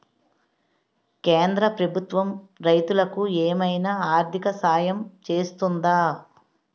కేంద్ర ప్రభుత్వం రైతులకు ఏమైనా ఆర్థిక సాయం చేస్తుందా?